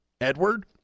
Edward